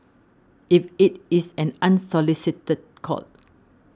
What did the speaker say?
if it is an unsolicited call